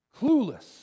clueless